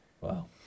Wow